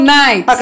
night